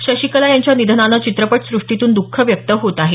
शशिकला यांच्या निधनानं चित्रपटसृष्टीतून दुःख व्यक्त होत आहे